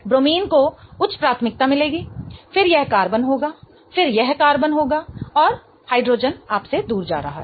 bromine को उच्च प्राथमिकता मिलेगी फिर यह कार्बन होगा फिर यह कार्बन होगा और हाइड्रोजन आपसे दूर जा रहा है